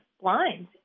blind